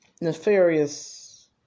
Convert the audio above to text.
nefarious